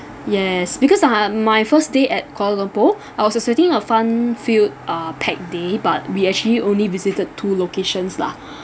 yes because uh my first day at kuala lumpur I was expecting a fun filled uh packed day but we actually only visited two locations lah